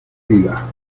vida